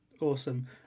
Awesome